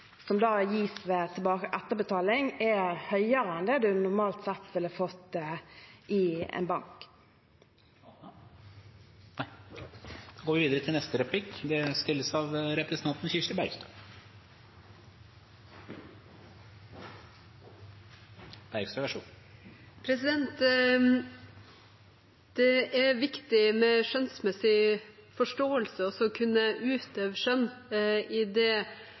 som da gis ved etterbetaling, er høyere enn det man normalt sett ville fått i en bank. Det er viktig med skjønnsmessig forståelse og å kunne utøve skjønn i det